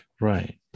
Right